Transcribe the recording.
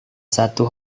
satu